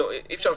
אי-אפשר עכשיו,